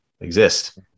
exist